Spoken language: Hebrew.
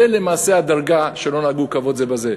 זו למעשה הדרגה שלא נהגו כבוד זה בזה.